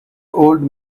old